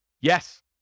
Yes